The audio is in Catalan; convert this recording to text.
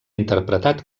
interpretat